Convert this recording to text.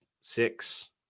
six